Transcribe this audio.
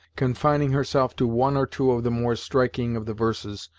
confining herself to one or two of the more striking of the verses,